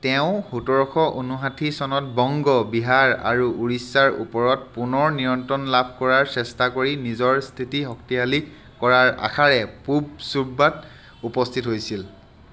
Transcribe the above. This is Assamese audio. তেওঁ সোতৰশ ঊনষাঠি চনত বংগ বিহাৰ আৰু উৰিষ্যাৰ ওপৰত পুনৰ নিয়ন্ত্ৰণ লাভ কৰাৰ চেষ্টা কৰি নিজৰ স্থিতি শক্তিশালী কৰাৰ আশাৰে পূব চুব্বাত উপস্থিত হৈছিল